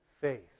faith